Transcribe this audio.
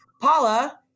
Paula